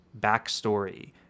backstory